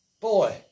Boy